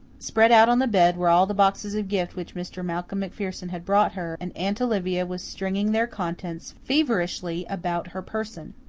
spread out on the bed were all the boxes of gifts which mr. malcolm macpherson had brought her, and aunt olivia was stringing their contents feverishly about her person.